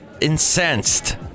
Incensed